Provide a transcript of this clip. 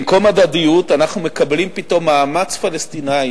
במקום הדדיות אנחנו מקבלים פתאום מאמץ פלסטיני,